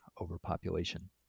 overpopulation